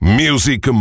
music